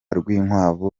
rwinkwavu